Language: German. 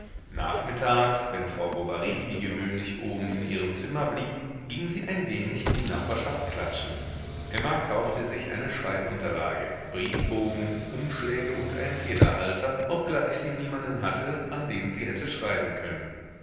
nachmittags wenn frau bovary wie gewöhnlich oben in ihrem zimmer blieb ging sie ein wenig in die nachbarschaft klatschen emma kaufte sich eine schreibunterlage briefbogen umschläge und einen federhalter obgleich sie niemanden hatte an den sie hätte schreiben können